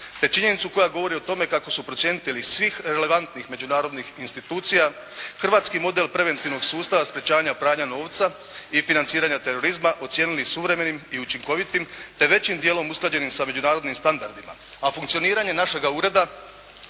te činjenicu koja govori o tome kako su procjenitelji svih relevantnih međunarodnih institucija hrvatski model preventivnog sustava sprječavanja pranja novca i financiranja terorizma ocijenili suvremenim i učinkovitim, te većim dijelom usklađenim sa međunarodnim standardima, a funkcioniranje našega ureda